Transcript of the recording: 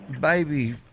baby